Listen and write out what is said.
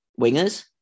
wingers